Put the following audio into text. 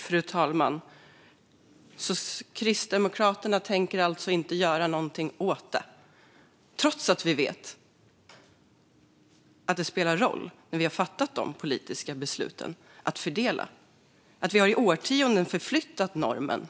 Fru talman! Så Kristdemokraterna tänker alltså inte göra något åt detta, trots att vi vet att det spelat roll när vi fattat de politiska besluten om fördelningen. Vi har i årtionden förflyttat normen